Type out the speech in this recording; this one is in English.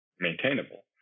maintainable